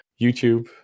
YouTube